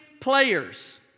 players